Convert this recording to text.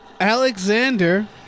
Alexander